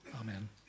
amen